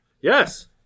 Yes